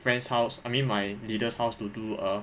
friend's house I mean my leader's house to do a